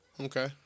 Okay